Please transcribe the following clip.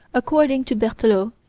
according to berthelot,